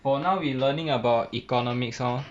for now we learning about economics lor